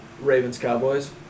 Ravens-Cowboys